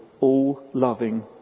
all-loving